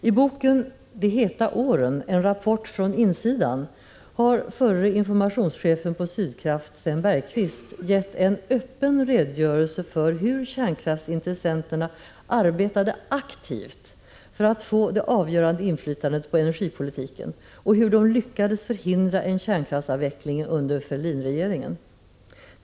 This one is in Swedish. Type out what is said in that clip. I boken De heta åren — en rapport från insidan har förre informationschefen på Sydkraft Sven Bergquist gett en öppen redogörelse för hur kärnkraftsintressenterna arbetade aktivt för att få det avgörande inflytandet på energipolitiken och hur de lyckades förhindra en kärnkraftsavveckling under Fälldinregeringarna.